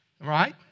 Right